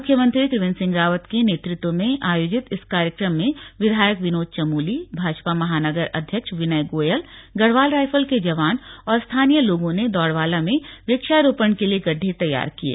मुख्यमंत्री त्रिवेन्द्र सिंह रावत के नेतृत्व में आयोजित इस कार्यक्रम में विधायक विनोद चमोली भाजपा महानगर अध्यक्ष विनय गोयल गढवाल राईफल के जवानों और स्थानीय लोगों ने दौड़वाला में वृक्षारोपण के लिए गड्ढे तैयार किये